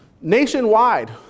Nationwide